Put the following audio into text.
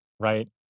Right